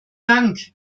dank